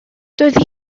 doedd